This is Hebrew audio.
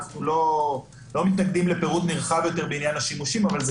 אנחנו לא מתנגדים לפירוט נרחב יותר בעניין השימושים אבל בעיני,